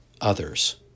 others